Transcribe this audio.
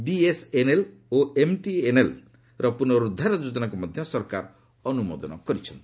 BSNL ଓ ଏମ୍ଟିଏନ୍ଏଲ୍ର ପୁନରୁଦ୍ଧାର ଯୋଜନାକୁ ମଧ୍ୟ ସରକାର ଅନ୍ତ୍ରମୋଦନ କରିଛନ୍ତି